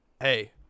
hey